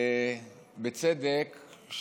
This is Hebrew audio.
בצדק,